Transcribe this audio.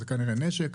זה כנראה נשק.